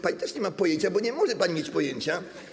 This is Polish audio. Pani też nie ma pojęcia, bo nie może pani mieć pojęcia.